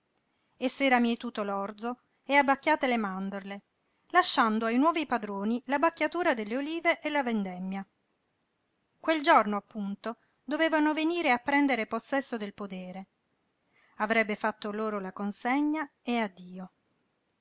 e s'era mietuto l'orzo e abbacchiate le mandorle lasciando ai nuovi padroni l'abbacchiatura delle olive e la vendemmia quel giorno appunto dovevano venire a prendere possesso del podere avrebbe fatto loro la consegna e addio la